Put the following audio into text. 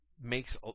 makes